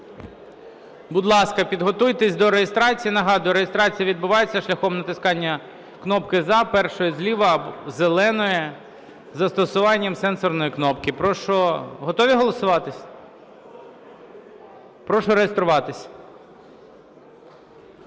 Будь ласка, підготуйтесь до реєстрації. Нагадую: реєстрація відбувається шляхом натискання кнопки "за", першої зліва, зеленої, із застосуванням сенсорної кнопки. Прошу. Готові реєструватись? Прошу реєструватись.